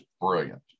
brilliant